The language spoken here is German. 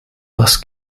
was